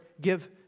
give